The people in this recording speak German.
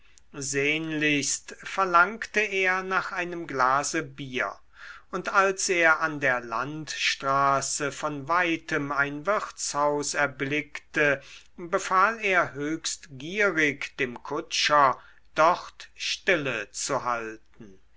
sehnlichst verlangte er nach einem glase bier und als er an der landstraße von weitem ein wirtshaus erblickte befahl er höchst gierig dem kutscher dort stille zu halten